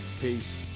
Peace